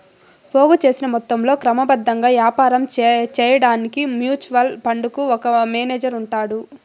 పోగు సేసిన మొత్తంలో క్రమబద్ధంగా యాపారం సేయడాన్కి మ్యూచువల్ ఫండుకు ఒక మేనేజరు ఉంటాడు